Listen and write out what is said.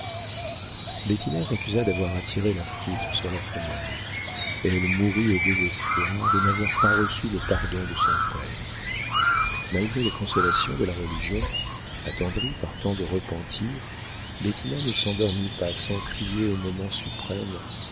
s'accusa d'avoir attiré la foudre sur la famille elle mourut au désespoir de n'avoir pas reçu le pardon de son père malgré les consolations de la religion attendrie par tant de repentir bettina ne s'endormit pas sans crier au moment suprême